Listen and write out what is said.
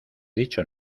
dicho